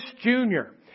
Junior